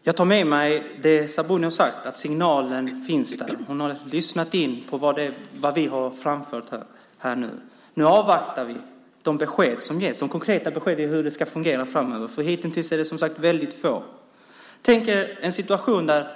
Fru talman! Jag tar med mig det som Sabuni sagt. Signalen finns där. Hon har lyssnat in vad vi här framfört. Nu avvaktar vi besked, alltså de konkreta beskeden om hur det hela ska fungera framöver. Hittills är de, som sagt, väldigt få. Tänk er en situation där